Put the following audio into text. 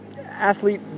athlete